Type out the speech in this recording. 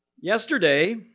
Yesterday